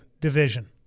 division